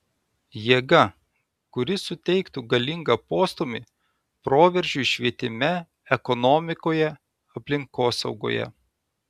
jėga kuri suteiktų galingą postūmį proveržiui švietime ekonomikoje aplinkosaugoje